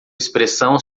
expressão